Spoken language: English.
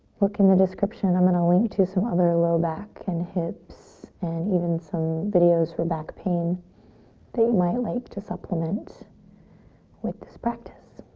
look in the description. i'm going to link to some other low back and hips and even some videos for back pain that you might like to supplement with this practice.